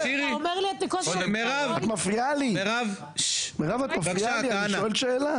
אני חושב שחברי הכנסת של האופוזיציה --- יש לנו שורה ארוכה של חששות.